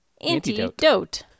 antidote